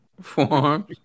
form